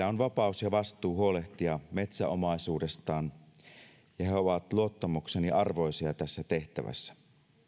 on vapaus ja vastuu huolehtia metsäomaisuudestaan ja he ovat luottamukseni arvoisia tässä tehtävässä